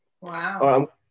Wow